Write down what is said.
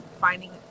finding